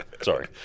Sorry